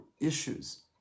issues